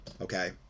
okay